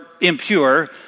impure